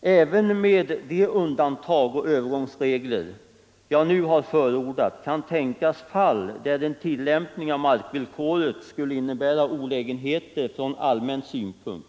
”Även med de undantag och övergångsregler jag nu har förordat kan tänkas fall där en tillämpning av markvillkoret skulle innebära olägenheter från allmän synpunkt.